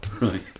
Right